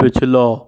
पिछला